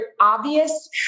obvious